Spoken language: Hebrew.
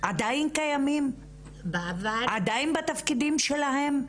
עדיין קיימים ועדיין משרתים בתפקידים שלהם?